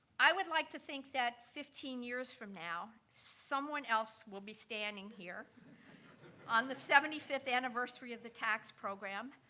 i would like to think that, fifteen years from now, someone else will be standing here on the seventy fifth anniversary of the tax program,